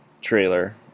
trailer